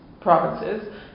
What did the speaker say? provinces